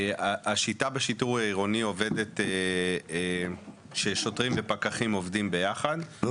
השיטה בשיטור העירוני עובדת ששוטרים ופקחים עובדים ביחד -- לא,